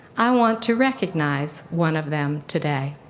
i want to recognize one of them today.